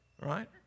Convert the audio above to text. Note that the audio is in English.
right